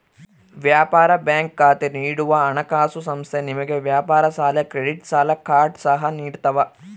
ವ್ಯಾಪಾರ ಬ್ಯಾಂಕ್ ಖಾತೆ ನೀಡುವ ಹಣಕಾಸುಸಂಸ್ಥೆ ನಿಮಗೆ ವ್ಯಾಪಾರ ಸಾಲ ಕ್ರೆಡಿಟ್ ಸಾಲ ಕಾರ್ಡ್ ಸಹ ನಿಡ್ತವ